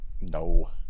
No